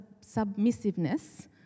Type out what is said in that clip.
submissiveness